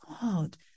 God